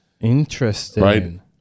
Interesting